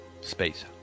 space